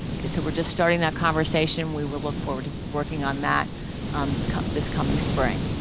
so we're just starting that conversation. we will look forward to working on that this coming spring.